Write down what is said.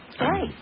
Right